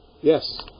Yes